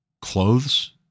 clothes